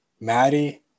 Maddie